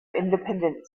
independent